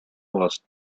was